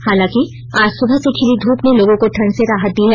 हालांकि आज सुबह से खिली धूप ने लोगों को ठंड से राहत दी है